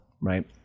right